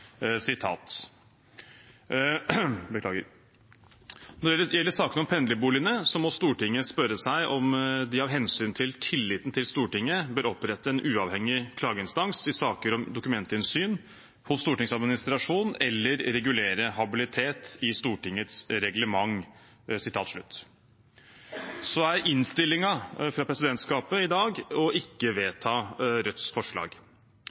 om pendlerboligene, må Stortinget spørre seg om de av hensyn til tilliten til Stortinget bør opprette en uavhengig klageinstans i saker om dokumentinnsyn hos Stortingets administrasjon eller regulere habilitet i Stortingets reglement.» Innstillingen fra presidentskapet i dag er å ikke vedta Rødts forslag.